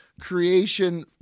creation